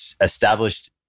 established